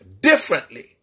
differently